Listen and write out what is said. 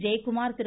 Jayakumar Thiru